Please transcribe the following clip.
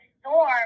storm